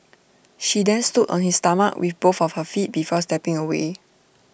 she then stood on his stomach with both of her feet before stepping away